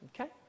Okay